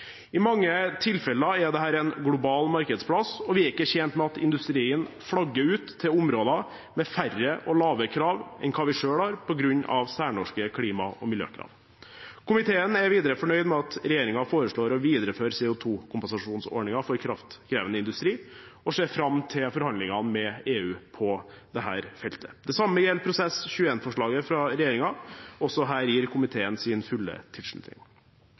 I mange tilfeller er dette en global markedsplass, og vi er ikke tjent med at industrien flagger ut til områder med færre og lavere krav enn hva vi selv har, på grunn av særnorske klima- og miljøkrav. Komiteen er videre fornøyd med at regjeringen foreslår å videreføre CO2-kompensasjonsordningen for kraftkrevende industri, og ser fram til forhandlingene med EU på det feltet. Det samme gjelder Prosess-21-forslaget fra regjeringen – også her gir komiteen sin fulle tilslutning.